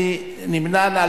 מי נמנע?